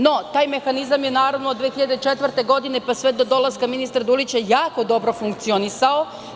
No, taj mehanizam je od 2004. godine pa sve do dolaska ministra Dulića jako dobro funkcionisao.